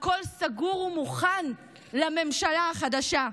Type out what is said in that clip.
הכול סגור ומוכן לממשלה החדשה.